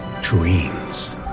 dreams